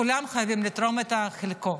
כולם חייבים לתרום את חלקם.